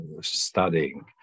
studying